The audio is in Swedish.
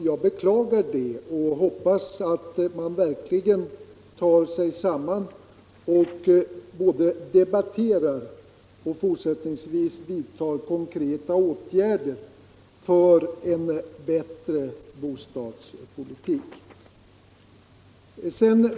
Jag beklagar det och hoppas att man verkligen tar sig samman och både debatterar och fortsättningsvis vidtar konkreta åtgärder för en bättre bostadspolitik.